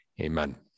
Amen